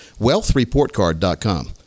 WealthReportCard.com